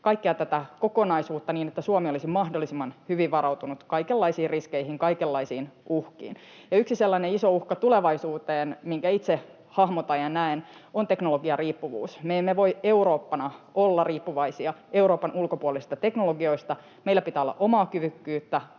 kaikkea tätä kokonaisuutta niin, että Suomi olisi mahdollisimman hyvin varautunut kaikenlaisiin riskeihin, kaikenlaisiin uhkiin. Yksi sellainen iso uhka tulevaisuuteen, minkä itse hahmotan ja näen, on teknologiariippuvuus. Me emme voi Eurooppana olla riippuvaisia Euroopan ulkopuolisista teknologioista. Meillä pitää olla omaa kyvykkyyttä,